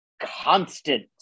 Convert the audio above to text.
constant